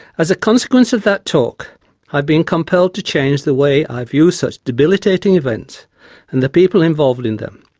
as a consequence of that talk i have been compelled to change the way i view such debilitating events and the people involved in them.